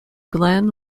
glen